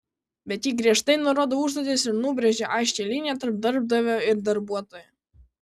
bet ji griežtai nurodo užduotis ir nubrėžia aiškią liniją tarp darbdavio ir darbuotojo